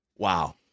Wow